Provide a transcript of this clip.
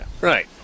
Right